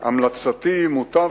המלצתי, מוטב